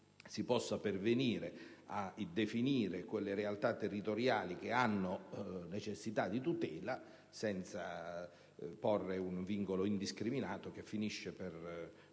possa pervenire a definire quelle realtà territoriali che hanno necessità di tutela senza porre un vincolo indiscriminato, che finisce proprio